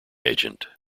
agent